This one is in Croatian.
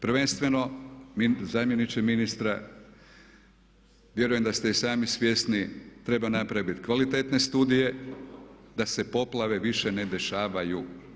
Prvenstveno zamjeniče ministra, vjerujem da ste i sami svjesni, treba napraviti kvalitetnije studije da se poplave više ne dešavaju.